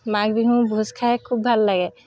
মাঘ বিহুৰ ভোজ খাই খুব ভাল লাগে